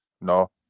No